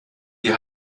die